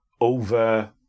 over